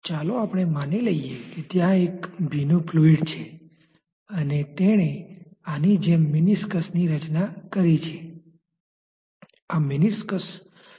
ચાલો આપણે તે કહીએ કે સ્થાનિક રીતે બાઉન્ડ્રી લેયરની જાડાઈ δ દ્વારા દર્શાવવામાં આવે છે જેની કિંમત x પર આધારિત δ છે